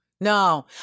No